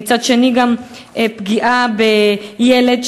לפגיעה בילד,